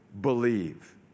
believe